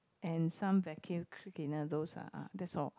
and some vacuum cleaner those uh ah that's all